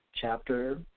chapter